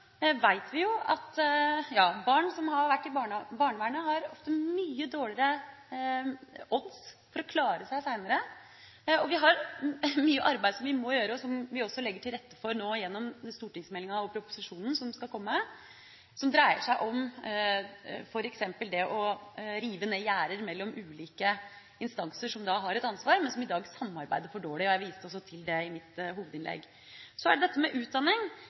Vi vet at barn som har vært i barnevernet, ofte har mye dårligere odds for å klare seg seinere. Og vi har mye arbeid som vi må gjøre, og som vi også legger til rette for nå gjennom den stortingsmeldinga og proposisjonen som skal komme, som dreier seg om f.eks. det å rive ned gjerder mellom ulike instanser som har et ansvar, men som i dag samarbeider for dårlig, og jeg viste også til det i mitt hovedinnlegg. Så dette med utdanning: